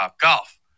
golf